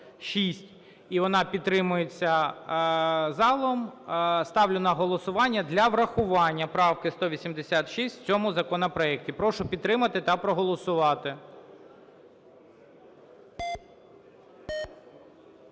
і вона підтримується залом, ставлю на голосування для врахування правки 186 в цьому законопроекті. Прошу підтримати та проголосувати.